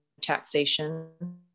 taxation